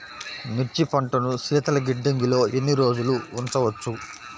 మిర్చి పంటను శీతల గిడ్డంగిలో ఎన్ని రోజులు ఉంచవచ్చు?